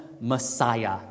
Messiah